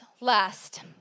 last